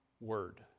word